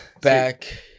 Back